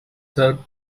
served